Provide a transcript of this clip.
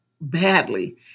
badly